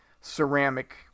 ceramic